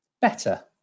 Better